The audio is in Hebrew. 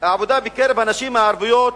העבודה בקרב הנשים הערביות,